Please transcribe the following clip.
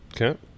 okay